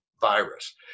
virus